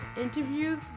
interviews